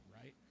right